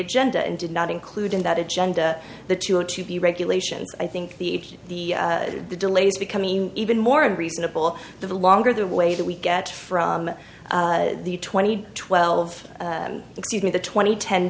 agenda and did not include in that agenda that you want to be regulations i think the the the delays becoming even more of reasonable the longer the way that we get from the twenty twelve excuse me the twenty ten